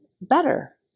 better